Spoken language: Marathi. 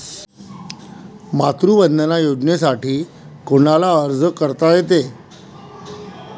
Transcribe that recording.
मातृवंदना योजनेसाठी कोनाले अर्ज करता येते?